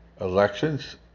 elections